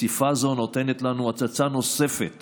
החשיפה הזאת נותנת לנו הצצה נוספת